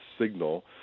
signal